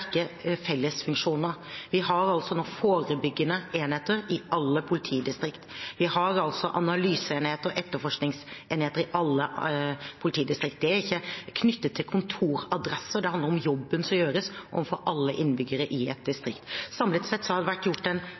nå forebyggende enheter i alle politidistrikt. Vi har analyseenheter og etterforskningsenheter i alle politidistrikt. Det er ikke knyttet til kontoradresser. Det handler om jobben som gjøres overfor alle innbyggere i et distrikt. Samlet sett har det vært en